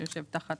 ראש רשות הערבית.